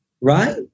right